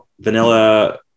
vanilla